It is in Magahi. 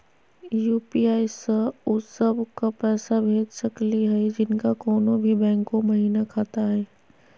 यू.पी.आई स उ सब क पैसा भेज सकली हई जिनका कोनो भी बैंको महिना खाता हई?